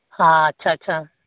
ᱟᱪᱪᱷᱟ ᱟᱪᱪᱷᱟ